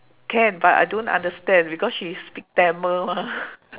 can but I don't understand because she speak tamil mah